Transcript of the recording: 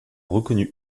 reconnu